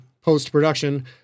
post-production